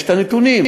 יש הנתונים,